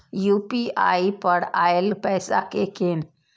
UPI पर आएल पैसा कै कैन?